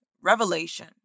revelation